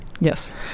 Yes